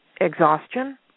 exhaustion